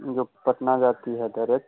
जो पटना जाती है डायरेक्ट